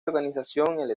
organización